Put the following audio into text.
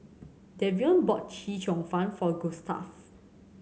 Davion bought Chee Cheong Fun for Gustav